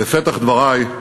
בפתח דברי,